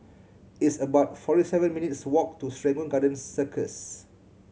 it's about forty seven minutes' walk to Serangoon Garden Circus